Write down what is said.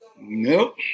Nope